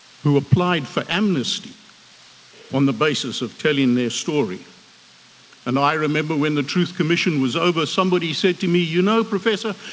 who applied for amnesty on the basis of telling their story and i remember when the truth commission was over, somebody said to me, you know professor,